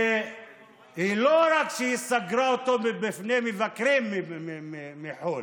כל אזרחי ישראל בני ה-18 יהיו חייבים בגיוס לצה"ל.